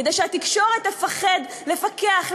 כדי שהתקשורת תפחד לפקח,